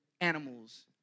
animals